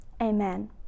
Amen